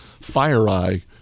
FireEye